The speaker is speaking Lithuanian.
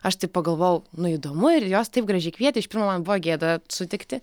aš taip pagalvojau nu įdomu ir jos taip gražiai kvietė iš pirmo man buvo gėda sutikti